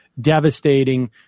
devastating